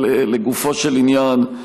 אבל לגופו של עניין,